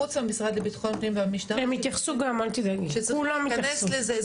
חוץ מהמשרד לביטחון פנים והמשטרה שצריכים להיכנס לזה.